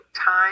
time